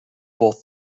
both